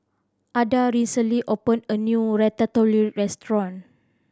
Adah recently opened a new Ratatouille Restaurant